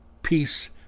Peace